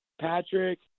patrick